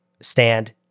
stand